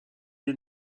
des